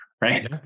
right